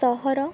ସହର